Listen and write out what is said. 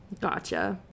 Gotcha